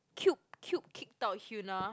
Cube Cube kicked out Hyuna